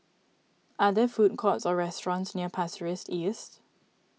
are there food courts or restaurants near Pasir Ris East